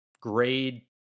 grade